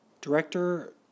director